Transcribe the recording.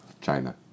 China